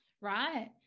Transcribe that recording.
right